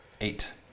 Eight